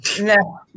no